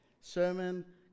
sermon